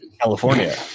California